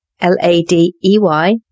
L-A-D-E-Y